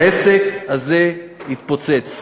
העסק הזה התפוצץ.